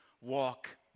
walk